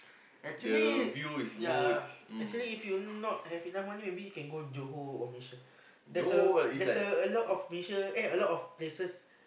actually yea actually if you not have enough money maybe can go Johor or Malaysia there's a there's a lot of Malaysia eh a lot of places